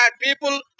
people